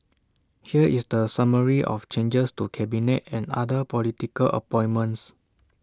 here is the summary of changes to cabinet and other political appointments